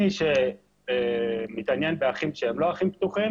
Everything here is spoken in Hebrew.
מי שמתעניין באחים שהם לא אחים פתוחים